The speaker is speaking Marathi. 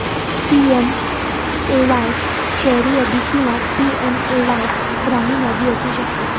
पी.एम.ए.वाय शहरी यादी किंवा पी.एम.ए.वाय ग्रामीण यादी असू शकते